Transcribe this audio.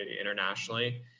internationally